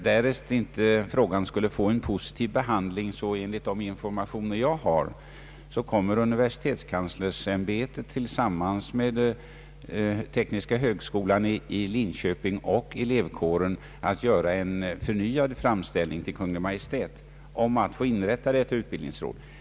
Därest frågan inte skulle få en positiv behandling kommer universitetskanslersämbetet, enligt de informationer jag har, tillsammans med tekniska högskolan i Linköping och elevkåren att göra en förnyad framställning till Kungl. Maj:t om att få inrätta detta utbildningsråd.